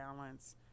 balance